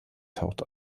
taucht